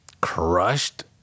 crushed